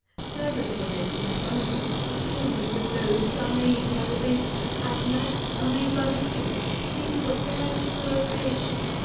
servant women in abundance appear to think that loaves are made by the baker, as knights are made by the king things of their pure creation,